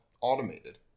automated